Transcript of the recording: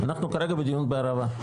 אנחנו כרגע בדיון בערבה.